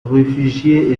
réfugiés